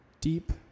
deep